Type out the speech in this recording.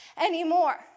anymore